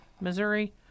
Missouri